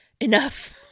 enough